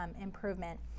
improvement